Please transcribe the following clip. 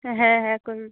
হ্যাঁ হ্যাঁ করুন